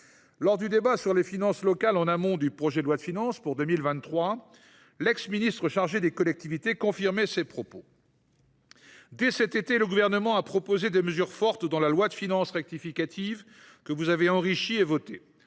Lors du débat sur les finances locales en amont du projet de loi de finances pour 2023, l’ex ministre chargée des collectivités territoriales confirmait ces propos :« Dès cet été, le Gouvernement a proposé des mesures fortes dans la loi de finances rectificative, que vous avez enrichie et votée,